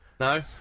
No